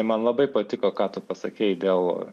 man labai patiko ką tu pasakei dėl